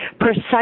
precise